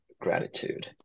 gratitude